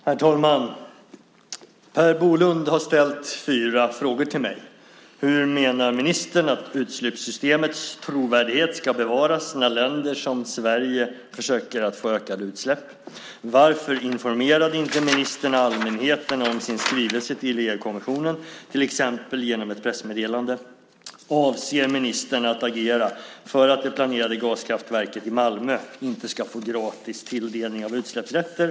Herr talman! Per Bolund har ställt fyra frågor till mig: 1. Hur menar ministern att utsläppssystemets trovärdighet ska bevaras när länder som Sverige försöker att få ökade utsläpp? 2. Varför informerade inte ministern allmänheten om sin skrivelse till EU-kommissionen, till exempel genom ett pressmeddelande? 3. Avser ministern att agera för att det planerade gaskraftverket i Malmö inte ska få gratis tilldelning av utsläppsrätter?